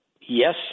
Yes